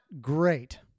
great